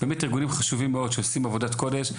ארגונים חשובים מאוד שעושים עבודת קודש.